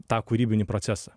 tą kūrybinį procesą